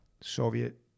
Soviet